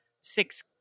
six